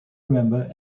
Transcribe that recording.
remember